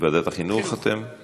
לוועדת החינוך, אתם?